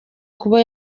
kuba